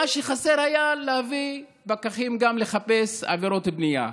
מה שחסר היה, להביא פקחים גם לחפש עבירות בנייה.